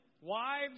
Wives